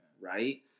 Right